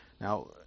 Now